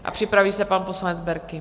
A připraví se pan poslanec Berki.